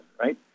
right